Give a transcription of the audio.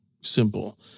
simple